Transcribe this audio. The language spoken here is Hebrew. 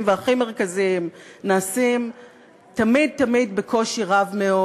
והכי מרכזיים נעשים תמיד תמיד בקושי רב מאוד.